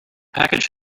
package